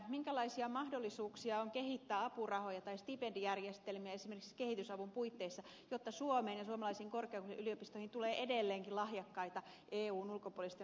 minkälaisia mahdollisuuksia on kehittää apurahoja tai stipendijärjestelmiä esimerkiksi kehitysavun puitteissa jotta suomeen ja suomalaisiin korkeakouluihin ja yliopistoihin tulee edelleenkin lahjakkaita eun ulkopuolisten alueiden opiskelijoita